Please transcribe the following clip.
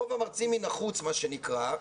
רוב "המרצים מן החוץ", מה שנקרא,